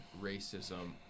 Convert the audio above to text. racism